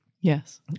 Yes